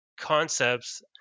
concepts